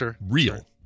real